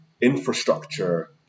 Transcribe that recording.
infrastructure